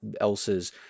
else's